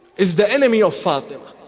is the enemy of fatima,